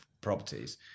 properties